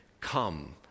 Come